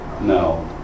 No